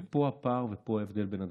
ופה הפער ופה ההבדל בין הדברים.